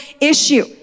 issue